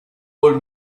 old